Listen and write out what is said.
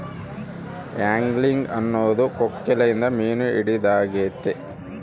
angling ಅನ್ನೊದು ಕೊಕ್ಕೆಲಿಂದ ಮೀನು ಹಿಡಿದಾಗೆತೆ